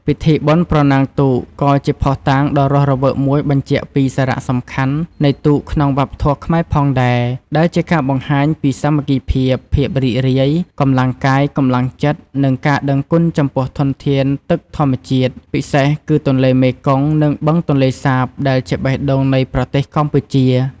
ពិធីបុណ្យប្រណាំងទូក ក៏ជាភស្តុតាងដ៏រស់រវើកមួយបញ្ជាក់ពីសារៈសំខាន់នៃទូកក្នុងវប្បធម៌ខ្មែរផងដែរ ដែលជាការបង្ហាញពីសាមគ្គីភាព ភាពរីករាយ កម្លាំងកាយ កម្លាំងចិត្ត និងការដឹងគុណចំពោះធនធានទឹកធម្មជាតិ ពិសេសគឺទន្លេមេគង្គ និងបឹងទន្លេសាប ដែលជាបេះដូងនៃប្រទេសកម្ពុជា។